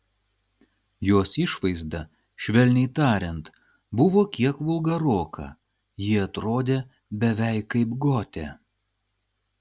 jos išvaizda švelniai tariant buvo kiek vulgaroka ji atrodė beveik kaip gotė